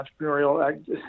entrepreneurial